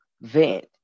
vent